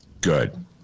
good